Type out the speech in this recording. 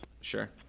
Sure